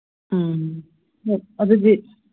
ꯎꯝ ꯑꯗꯨꯗꯤ